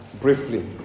briefly